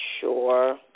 sure